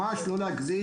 ממש לא להגזים.